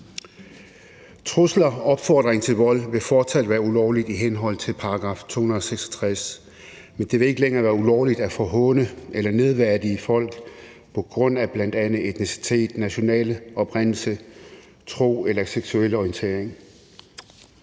Trusler og opfordring til vold vil fortsat være ulovligt i henhold til § 266, men det vil ikke længere være ulovligt at forhåne eller nedværdige folk på grund af bl.a. etnicitet, national oprindelse, tro eller seksuel orientering.